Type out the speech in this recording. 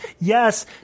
Yes